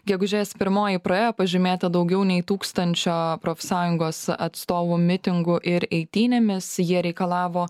gegužės pirmoji praėjo pažymėta daugiau nei tūkstančio profsąjungos atstovų mitingų ir eitynėmis jie reikalavo